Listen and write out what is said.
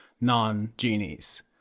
non-genies